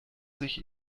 sich